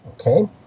Okay